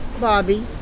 Bobby